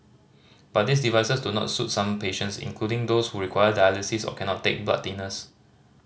but these devices do not suit some patients including those who require dialysis or cannot take blood thinners